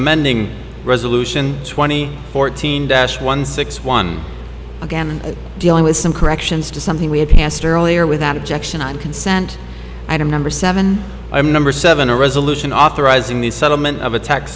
amending resolution twenty fourteen dash one six one again in dealing with some corrections to something we had passed earlier without objection on consent item number seven i mean number seven a resolution authorizing the settlement of a ta